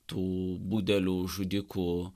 tų budelių žudikų